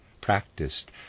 practiced